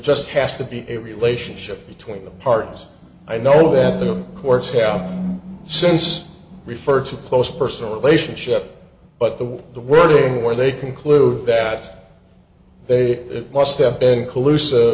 just has to be a relationship between the partners i know that the courts have since referred to a close personal relationship but the the wording where they conclude that they must have been inclusi